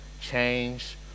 change